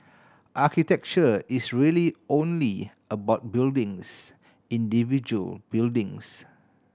architecture is really only about buildings individual buildings